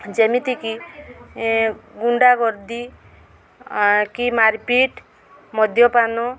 ଯେମିତିକି ଗୁଣ୍ଡାଗର୍ଦି ଆଁ କି ମାରପିଟ୍ ମଦ୍ୟପାନ